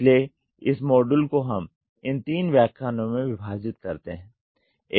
इसलिए इस मॉड्यूल को हम इन तीन व्याख्यानों में विभाजित करते हैं